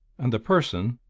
and the person?